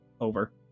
over